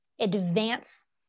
advance